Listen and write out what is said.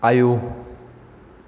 आयौ